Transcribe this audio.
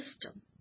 system